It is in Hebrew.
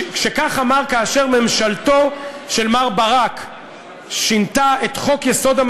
כך אמר כאשר ממשלתו של מר ברק שינתה את חוק-יסוד: